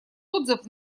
отзыв